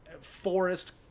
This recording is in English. forest